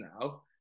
now